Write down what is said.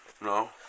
No